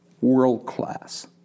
World-class